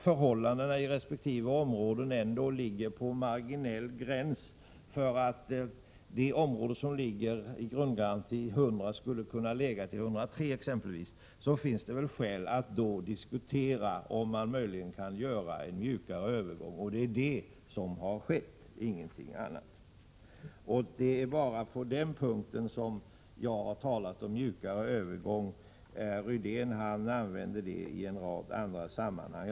Förhållandena i resp. områden kanske ändå skiljer sig så marginellt att det område som har en grundgaranti på 100 i stället lätt kanske skulle ha kunnat hamna på exempelvis 103. I sådana fall finns det väl skäl att diskutera om man möjligen kan göra en mjukare övergång. Det är det som har skett, ingenting annat. Det är bara på den punkten som jag har talat om mjukare övergång. Rune Rydén har använt det i en rad andra sammanhang.